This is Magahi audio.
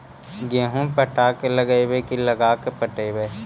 गेहूं पटा के लगइबै की लगा के पटइबै?